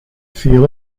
feel